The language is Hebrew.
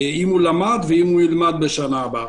אם הוא למד ואם ילמד בשנה הבאה,